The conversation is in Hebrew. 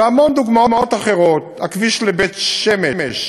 והמון דוגמאות אחרות: הכביש לבית-שמש,